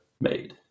made